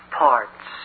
parts